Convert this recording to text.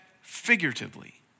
figuratively